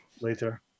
later